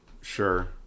sure